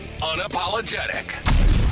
Unapologetic